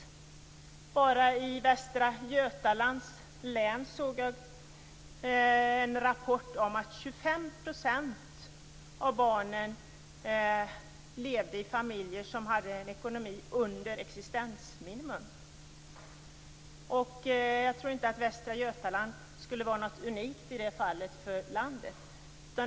Enligt en rapport från Västra Götalands län är det 25 % av barnen som lever under existensminimum. Jag tror inte att Västra Götaland är unikt i det fallet jämfört med övriga landet.